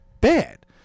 bad